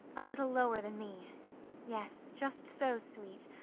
a little lower than me yes, just so, sweet,